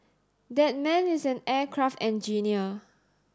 that man is an aircraft engineer